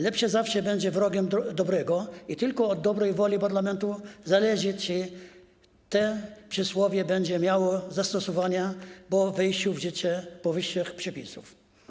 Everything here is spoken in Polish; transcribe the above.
Lepsze zawsze będzie wrogiem dobrego i tylko od dobrej woli parlamentu zależy to, czy to przysłowie będzie miało zastosowanie po wejściu w życie powyższych przepisów.